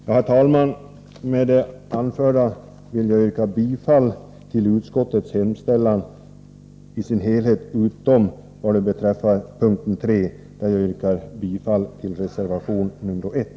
Herr talman! Med det anförda vill jag yrka bifall till utskottets hemställan i dess helhet utom vad beträffar mom. 3, där jag yrkar bifall till reservation 1.